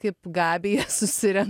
kaip gabija susirenka